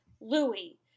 Louis